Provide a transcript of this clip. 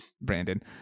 Brandon